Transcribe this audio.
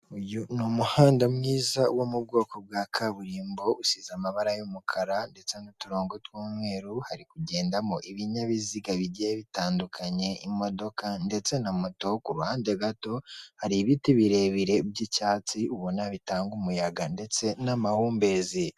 Uyu ni umuhanda mwiza wo mu bwoko bwa kaburimbo usize amabara y'umukara ndetse n'uturongo tw'umweru, hari kugendamo ibinyabiziga bigiye bitandukanye imodoka ndetse na moto, ku ruhande gato hari ibiti birebire by'icyatsi ubona bitanga umuyaga ndetse n'amahumbezi.